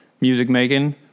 music-making